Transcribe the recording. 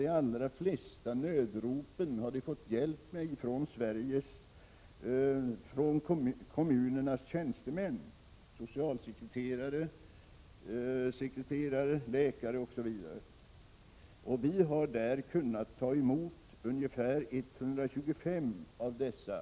De allra flesta har fått hjälp med sina nödrop från kommunernas tjänstemän — socialsekreterare, sekreterare, läkare osv. Vi har kunnat ta emot ungefär 125 av dessa.